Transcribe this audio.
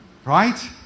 Right